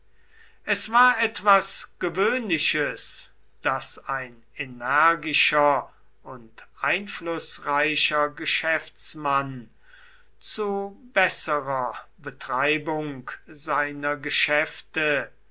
es war etwas gewöhnliches daß ein energischer und einflußreicher geschäftsmann zu besserer betreibung seiner geschäfte